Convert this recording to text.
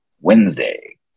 Wednesday